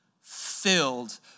filled